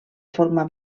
forma